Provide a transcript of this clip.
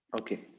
Okay